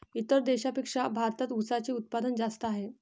इतर देशांपेक्षा भारतात उसाचे उत्पादन जास्त आहे